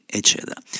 eccetera